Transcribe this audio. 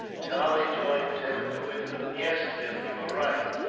charlie joined tim at the window. yes, tim, you are right.